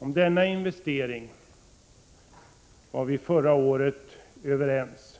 Om denna investering var vi förra året överens,